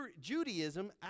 Judaism